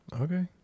Okay